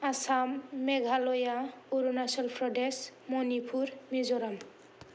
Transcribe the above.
Assam Meghalaya Arunachal Pradesh Manipur Mizoram